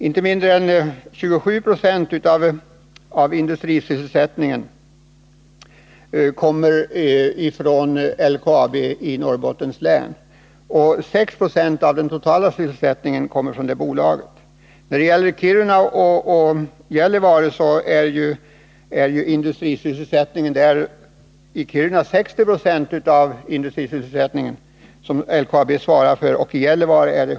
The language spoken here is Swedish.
Inte mindre än 27 26 av industrisysselsättningen i Norrbottens län och 6 96 av den totala sysselsättningen faller på LKAB. I Kiruna och Gällivare svarar LKAB för 60 20 resp. 70 Zo av industrisysselsättningen.